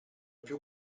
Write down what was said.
più